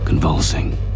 Convulsing